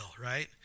right